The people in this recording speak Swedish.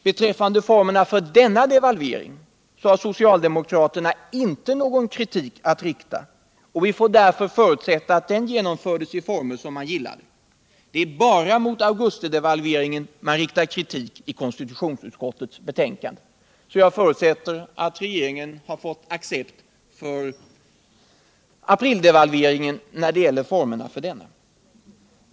Beträffande formerna för denna devalvering har socialdemokraterna inte någon kritik att framföra. Vi får därför förutsätta att devalveringen genomfördes i former som socialdemokraterna gillade. Det är bara mot augustidevalveringen de riktar kritik i konstitutionsutskottets betänkande. Jag förutsätter att regeringen har fått accept när det gäller formerna för aprildevalveringen.